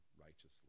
righteously